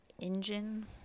engine